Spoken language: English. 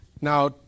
Now